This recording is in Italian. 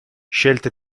scelte